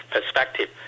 perspective